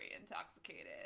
intoxicated